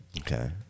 Okay